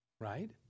Right